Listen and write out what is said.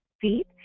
feet